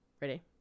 Ready